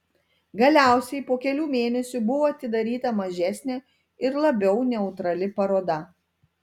galiausiai po kelių mėnesių buvo atidaryta mažesnė ir labiau neutrali paroda